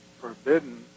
forbidden